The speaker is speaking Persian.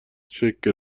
شکل